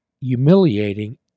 humiliating